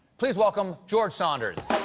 please welcome george saunders!